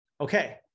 Okay